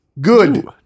Good